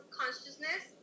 consciousness